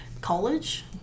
college